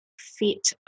fit